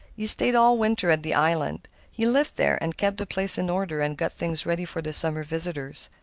he stayed all winter at the island he lived there, and kept the place in order and got things ready for the summer visitors.